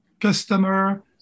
customer